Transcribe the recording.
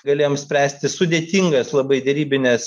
galėjom spręsti sudėtingas labai derybines